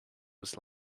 was